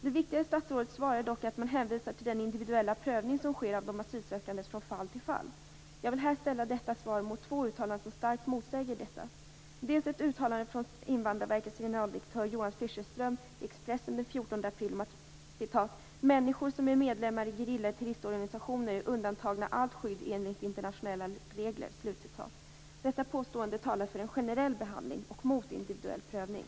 Det viktigaste i statsrådets svar år dock att man hänvisar till den individuella prövning som sker av de asylsökande från fall till fall. Jag vill här ställa detta svar mot två uttalanden som starkt motsäger detta. Det gäller för det första ett uttalande från Invandrarverkets generaldirektör Johan Fischerström i Expressen den 14 april: "Människor som är medlemmar i gerillaeller terroristorganisationer är undantagna allt skydd enligt internationella regler." Detta påstående talar för en generell behandling och mot individuell prövning.